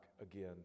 again